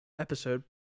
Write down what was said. Episode